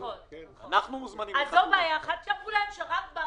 --- דרך ישימה, צריך לראות איך מתחשבים בה.